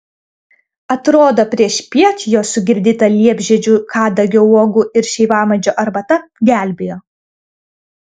atrodo priešpiet jo sugirdyta liepžiedžių kadagio uogų ir šeivamedžio arbata gelbėjo